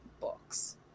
books